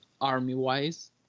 army-wise